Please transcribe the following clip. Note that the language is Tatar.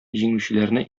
җиңүчеләрне